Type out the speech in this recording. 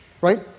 Right